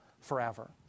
forever